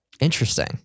Interesting